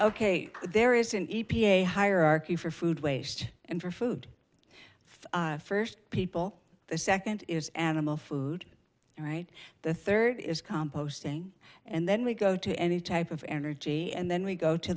ok there is an e p a hierarchy for food waste and for food for first people the second is animal food right the third is composting and then we go to any type of energy and then we go to